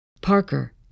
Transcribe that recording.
Parker